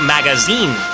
Magazine